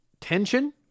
tension